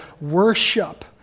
worship